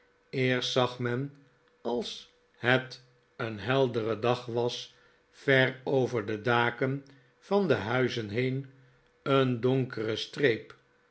eerst zag men als het een heldere dag was ver over de daken van de huizen heen een donkere streep